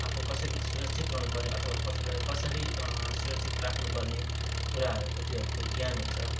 आफू कसरी सुरक्षित रहनुपर्ने अथवा कसैलाई कसरी सुरक्षित राख्नुपर्ने कुराहरूको त्योहरूको ज्ञान हुन्छ